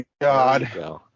God